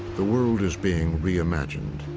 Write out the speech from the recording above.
the world is being re-imagined.